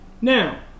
Now